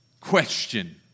question